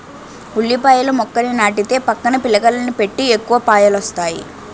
ఉల్లిపాయల మొక్కని నాటితే పక్కన పిలకలని పెట్టి ఎక్కువ పాయలొస్తాయి